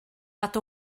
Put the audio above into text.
nad